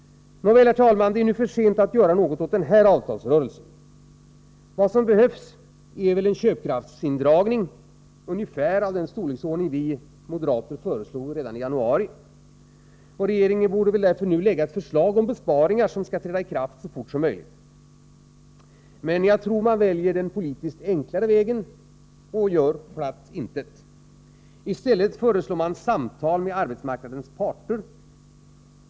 Nåväl, herr talman, det är nu för sent att göra någonting åt den här avtalsrörelsen. Vad som behövs är en köpkraftsindragning av ungefär den storleksordning som vi moderater föreslog redan i januari. Regeringen borde därför nu framlägga ett förslag om besparingar som skall träda i kraft så fort som möjligt. Men jag tror att man väljer den politiskt enklare vägen och gör platt intet. I stället föreslår man samtal med arbetsmarknadens parter.